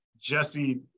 Jesse